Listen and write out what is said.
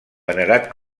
venerat